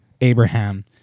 Abraham